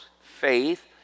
faith